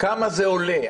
כמה זה עולה.